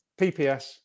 pps